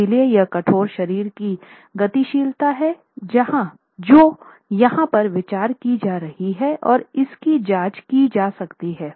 इसलिए यह कठोर शरीर की गतिशीलता हैं जो यहां पर विचार की जा रही है और इसकी जांच की जा सकती है